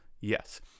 Yes